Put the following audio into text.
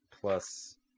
plus